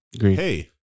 hey